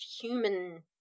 human